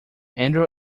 andrew